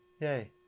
Yay